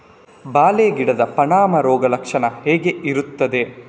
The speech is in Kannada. ಬಾಳೆ ಗಿಡದ ಪಾನಮ ರೋಗ ಲಕ್ಷಣ ಹೇಗೆ ಇರ್ತದೆ?